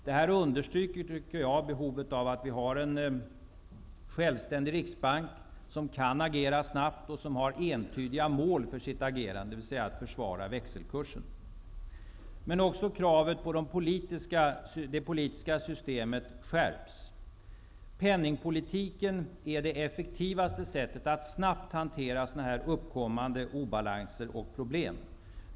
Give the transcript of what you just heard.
Det här understryker, tycker jag, behovet av att vi har en självständig riksbank som kan agera snabbt och som har entydiga mål för sitt agerande, dvs. att försvara växelkursen. Men också kraven på det politiska systemet skärps. Penningpolitiken är det effektivaste sättet att snabbt hantera sådana här uppkommande obalanser och problem.